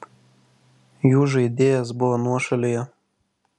jų žaidėjas buvo nuošalėje